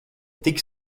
tik